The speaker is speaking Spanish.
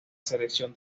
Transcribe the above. selección